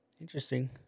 Interesting